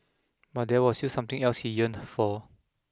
but there was still something else he yearned for